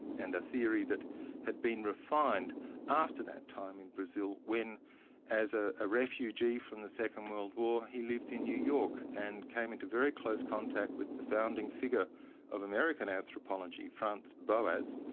and a theory that had been refined after that time in brazil when as ah a refugee from the second world war, he lived in new york, and came into very close contact with the founding figure of american anthropology, franz boas,